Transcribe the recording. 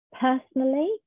personally